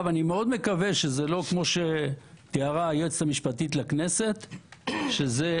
אני מקווה שזה לא כמו שתיארה היועצת המשפטית לכנסת שאז,